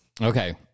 Okay